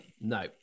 no